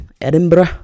Edinburgh